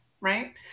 right